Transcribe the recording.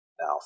now